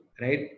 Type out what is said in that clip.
right